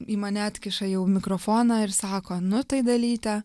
į mane atkiša jau mikrofoną ir sako nu tai dalyte